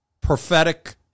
prophetic